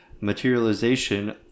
materialization